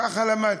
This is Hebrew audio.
ככה למדתי.